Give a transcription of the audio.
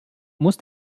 muss